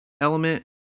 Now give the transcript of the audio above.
element